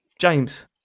James